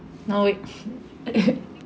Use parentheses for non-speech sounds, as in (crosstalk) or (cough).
know it (laughs)